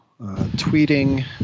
tweeting